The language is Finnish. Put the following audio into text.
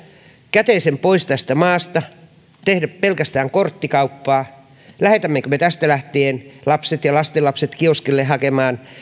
käteisen pois tästä maasta ja tehdä pelkästään korttikauppaa lähetämmekö me tästä lähtien lapset ja lastenlapset kioskille hakemaan